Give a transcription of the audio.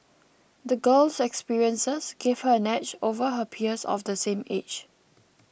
the girl's experiences gave her an edge over her peers of the same age